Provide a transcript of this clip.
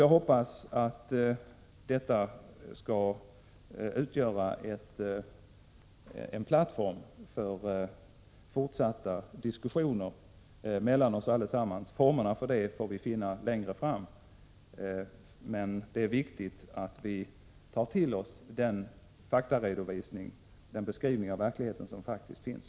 Jag hoppas att detta symposium skall utgöra en plattform för fortsatta diskussioner mellan de olika partierna. Formerna för detta får vi finna längre fram. Men det är viktigt att vi tar till oss den faktaredovisning, den beskrivning av verkligheten, som faktiskt finns.